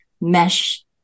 mesh